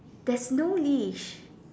there's no leash